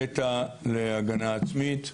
בריטה להגנה עצמית.